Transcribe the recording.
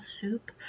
soup